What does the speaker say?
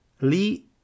Lee